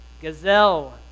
Gazelle